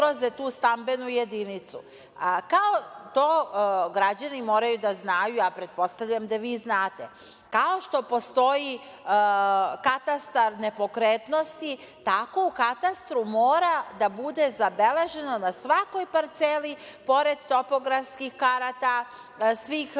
tu stambenu jedinicu. Građani to moraju da znaju, a pretpostavljam da vi znate, kao što postoji katastar nepokretnosti, tako u katastru mora da bude zabeleženo na svakoj parceli pored topografskih karata, svih